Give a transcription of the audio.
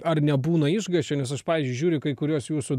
ar nebūna išgąsčio nes aš pavyzdžiui žiūriu į kai kuriuos jūsų